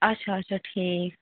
اچھا اچھا ٹھیٖک